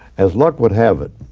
as luck would have it,